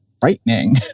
frightening